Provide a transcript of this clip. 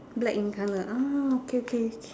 black in colour ah okay okay